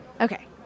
Okay